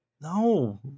No